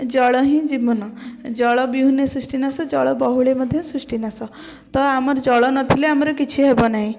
ଜଳ ହିଁ ଜୀବନ ଜଳ ବିହୁନେ ସୃଷ୍ଟି ନାଶ ଜଳ ବହୁଳେ ମଧ୍ୟ୍ୟ ସୃଷ୍ଟି ନାଶ ତ ଆମର ଜଳ ନଥିଲେ ଆମର କିଛି ହେବ ନାହିଁ